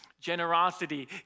Generosity